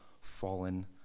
fallen